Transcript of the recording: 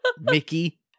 Mickey